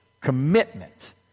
commitment